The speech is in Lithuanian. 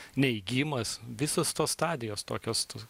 neigimas visos tos stadijos tokios